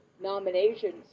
nominations